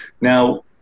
Now